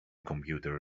computer